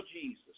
Jesus